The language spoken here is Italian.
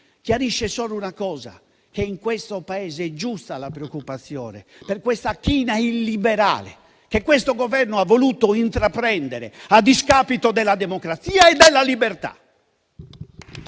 chiarisce solo una cosa: in questo Paese è giusta la preoccupazione per la china illiberale che il Governo ha voluto intraprendere a discapito della democrazia e della libertà.